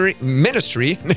Ministry